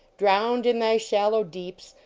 drowned in thy shallow deeps,